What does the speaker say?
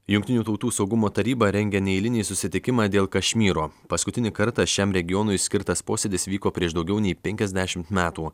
jungtinių tautų saugumo taryba rengia neeilinį susitikimą dėl kašmyro paskutinį kartą šiam regionui skirtas posėdis vyko prieš daugiau nei penkiasdešimt metų